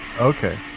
Okay